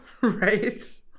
right